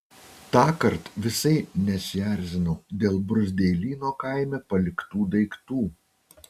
tąkart visai nesierzinau dėl bruzdeilyno kaime paliktų daiktų